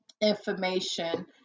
information